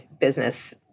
business